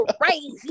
crazy